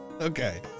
Okay